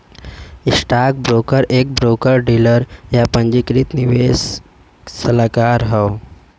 stockbroker एक broker dealer, या पंजीकृत निवेश सलाहकार हौ